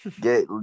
Get